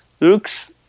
looks